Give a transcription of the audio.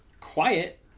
Quiet